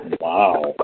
Wow